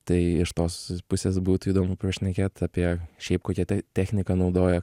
tai iš tos pusės būtų įdomu prašnekėt apie šiaip kokią techniką naudoja